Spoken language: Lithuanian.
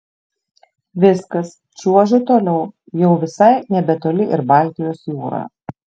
viskas čiuožiu toliau jau visai nebetoli ir baltijos jūra